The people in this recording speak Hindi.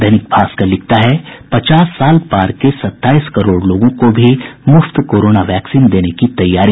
दैनिक भास्कर लिखता है पचास साल पार के सत्ताईस करोड़ लोगों को भी मुफ्त कोरोना वैक्सीन देने की तैयारी